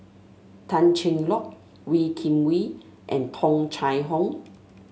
Tan Cheng Lock Wee Kim Wee and Tung Chye Hong